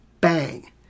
Bang